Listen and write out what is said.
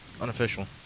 unofficial